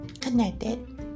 connected